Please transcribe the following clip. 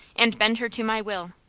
and bend her to my will.